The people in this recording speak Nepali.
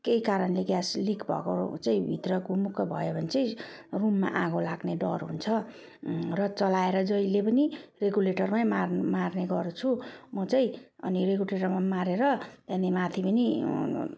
केही कारणले ग्यास लिक भएको चाहिँ भित्र गुमुक्क भयो भने चाहिँ रुममा आगो लाग्ने डर हुन्छ र चलाएर जहिले पनि रेगुलेटरमै म मार्ने गर्छु म चाहिँ अनि रेगुलेटरमा मारेर त्यहाँदेखि माथि पनि